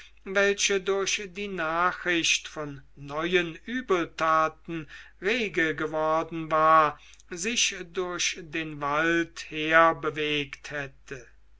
welche durch die nachricht von neuen übeltaten rege geworden war sich durch den wald her bewegt hätte